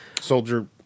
Soldier